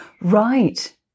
Right